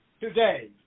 today